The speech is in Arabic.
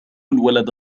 الولد